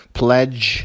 pledge